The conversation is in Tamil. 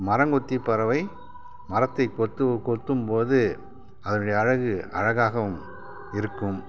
மரங்கொத்திப் பறவை மரத்தைக் கொத்து கொத்தும் போது அதனுடைய அழகு அழகாகவும் இருக்கும்